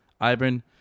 Ivan